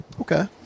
okay